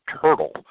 turtle